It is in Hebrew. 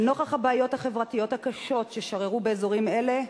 לנוכח הבעיות החברתיות הקשות ששררו באזורים אלה,